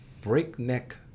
breakneck